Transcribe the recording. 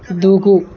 దూకు